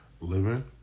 living